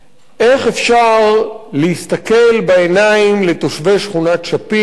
איך אפשר להסתכל בעיניים לתושבי שכונת-שפירא,